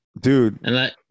Dude